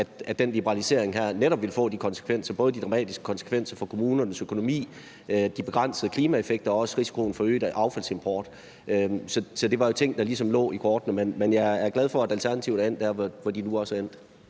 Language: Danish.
at den liberalisering her netop ville få de konsekvenser, både de dramatiske konsekvenser for kommunernes økonomi, de begrænsede klimaeffekter og også risikoen for øget affaldsimport. Det var jo ting, der ligesom lå i kortene. Men jeg er glad for, at Alternativet er endt der, hvor de nu også er endt.